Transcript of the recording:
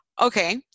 Okay